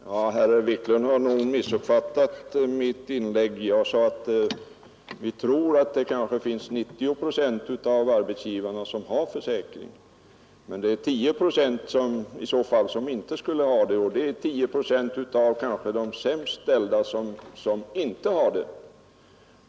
Herr talman! Herr Wiklund i Stockholm missuppfattade vad jag sade i mitt tidigare inlägg. Vi tror, sade jag, att kanske 90 procent av arbetsgivarna har försäkrat, och i så fall skulle återstående 10 procent — och förmodligen de som är sämst ställda — inte ha någon försäkring.